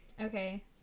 Okay